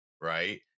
right